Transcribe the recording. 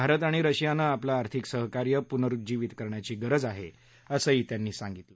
भारत आणि रशियानं आपलं आर्थिक सहकार्य पुनरुज्जीवित करण्याची गरज आहे असं ते म्हणाले